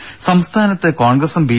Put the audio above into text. ദേദ സംസ്ഥാനത്ത് കോൺഗ്രസും ബി